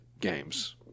games